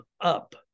up